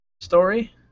story